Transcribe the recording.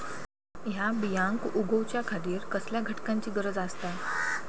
हया बियांक उगौच्या खातिर कसल्या घटकांची गरज आसता?